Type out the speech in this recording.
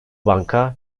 banka